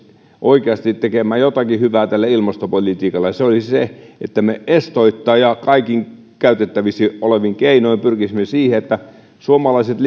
oikeasti jotakin hyvää ilmastopolitiikan suhteen ja se olisi sitä että me estoitta ja kaikin käytettävissä olevin keinoin pyrkisimme siihen että suomalaiset